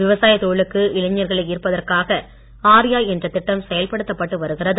விவசாயத் தொழிலுக்கு இளைஞர்களை ஈர்ப்பதற்காக ஆர்யா என்ற திட்டம் செயல்படுத்தப்பட்டு வருகிறது